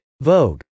Vogue